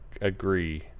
agree